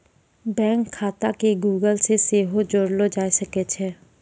bank खाता के Google से सेहो जोड़लो जाय सकै छै